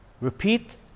repeat